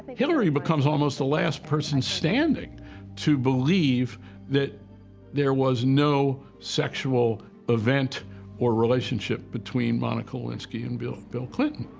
hillary becomes almost the last person standing to believe that there was no sexual event or relationship between monica lewinsky and bill bill clinton.